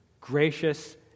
gracious